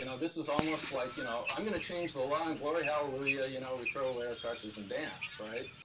and this is almost like, you know i'm gonna change the law and glory, hallelujah, you know we throw away our crutches and dance, right?